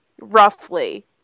Roughly